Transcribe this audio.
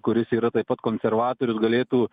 kuris yra taip pat konservatorius galėtų